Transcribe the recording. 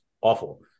awful